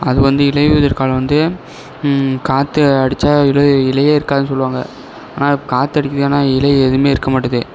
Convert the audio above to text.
அது வந்து இலை உதிர் காலம் வந்து காற்று அடித்தா இலை இலையே இருக்காதுன்னு சொல்லுவாங்க ஆனால் காற்று அடிக்குது ஆனால் இலை எதுவுமே இருக்கமாட்டுது